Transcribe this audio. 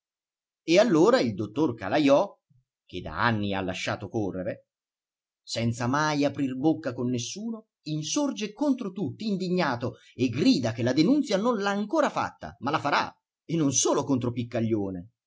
e allora il dottor calajò che da anni ha lasciato correre senza mai aprir bocca con nessuno insorge contro tutti indignato e grida che la denunzia non l'ha ancor fatta ma la farà e non solo contro piccaglione